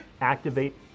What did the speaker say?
Activate